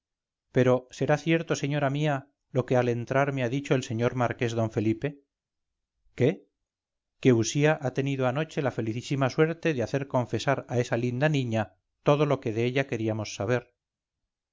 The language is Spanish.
pero será cierto señora mía lo que al entrar me ha dicho el señor marqués d felipe qué que usía ha tenido anoche la felicísima suerte de hacer confesar a esa linda niña todo lo que de ella queríamos saber